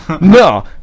no